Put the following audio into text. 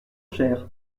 cher